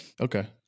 okay